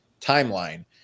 timeline